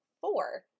four